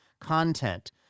content